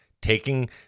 Taking